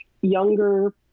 younger